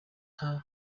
nta